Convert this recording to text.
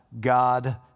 God